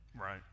Right